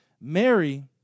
Mary